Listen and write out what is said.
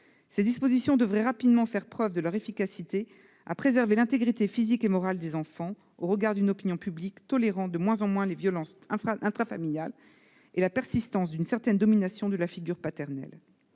Ces dispositions devraient rapidement faire la preuve de leur efficacité à préserver l'intégrité physique et morale des enfants, au regard d'une opinion publique tolérant de moins en moins les violences intrafamiliales et la persistance d'une certaine domination de la figure paternelle.